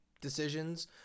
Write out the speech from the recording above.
decisions